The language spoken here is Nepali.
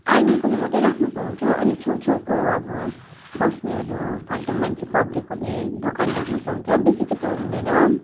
आर्मीकोले मात्रै राख्न पाउँछ अनि छेउ छेउकोहरू अब बस्नेहरू फाल्टु मान्छे पब्लिकहरूले दोकान राख्न पाउँछ बेसी चाहिँ पाउँदैन